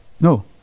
no